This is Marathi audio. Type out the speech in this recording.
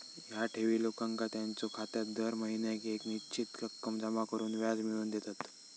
ह्या ठेवी लोकांका त्यांच्यो खात्यात दर महिन्याक येक निश्चित रक्कम जमा करून व्याज मिळवून देतत